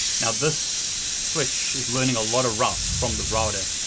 now this switch is learning a lot of routes from the router,